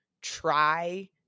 try